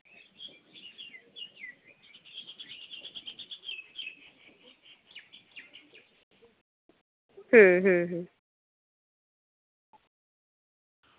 ᱟᱪᱪᱷᱟ ᱦᱩᱸ ᱦᱩᱸ ᱦᱩᱸ